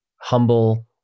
humble